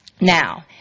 Now